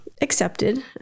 accepted